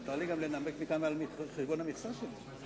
מותר לי לנמק מכאן על חשבון המכסה שלי.